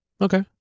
okay